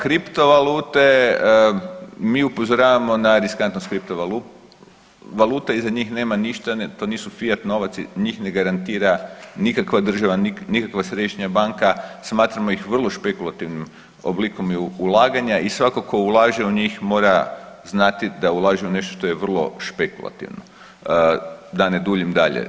Kriptovalute, mi upozoravamo na riskantnost kriptovaluta, iza njih nema ništa, to nisu fijat novac, njih ne garantira nikakva država, nikakva središnja banka, smatramo ih vrlo špekulativnim oblikom ulaganja i svako tko ulaže u njih mora znati da ulaže u nešto što je vrlo špekulativno, da ne duljim dalje.